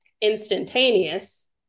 instantaneous